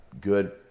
good